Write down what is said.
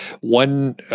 one